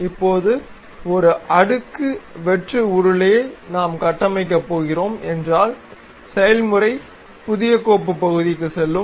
இப்போது ஒரு அடுக்கு வெற்று உருளை நாம் கட்டமைக்கப் போகிறோம் என்றால் செயல்முறை புதிய கோப்பு பகுதிக்குச் செல்லும்